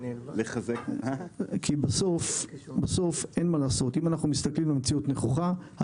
אם מסתכלים על המציאות נכוחה,